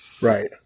Right